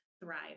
thrive